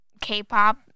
K-pop